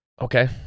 Okay